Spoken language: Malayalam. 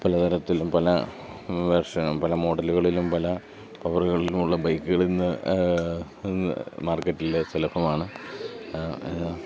പലതരത്തിലും പല വെർഷനും പല മോഡലുകളിലും പല പവറുകളിലുമുള്ള ബൈക്കുകൾ ഇന്ന് മാർക്കറ്റിൽ സുലഭമാണ്